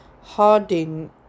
Harding